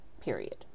period